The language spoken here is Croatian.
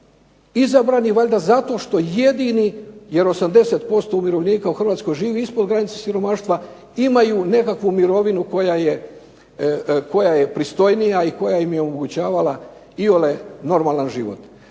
izabrani zato što jedini jer 80% umirovljenika u Hrvatskoj živi ispod granice siromaštva, imaju nekakvu mirovinu koja je pristojnija i koja im je omogućavala iole normalan život.